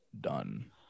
done